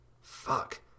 Fuck